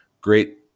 great